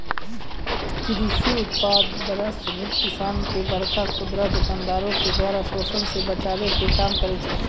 कृषि उत्पाद बार समिति किसानो के बड़का खुदरा दुकानदारो के द्वारा शोषन से बचाबै के काम करै छै